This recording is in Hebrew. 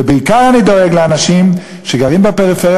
ובעיקר אני דואג לאנשים שגרים בפריפריה,